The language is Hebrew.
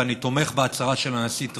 ואני תומך בהצהרה של הנשיא טראמפ.